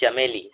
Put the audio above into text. چنبیلی